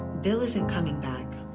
bill isn't coming back.